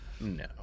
No